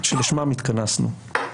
שלשמן התכנסנו,